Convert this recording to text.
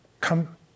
come